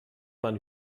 man